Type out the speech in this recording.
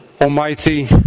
Almighty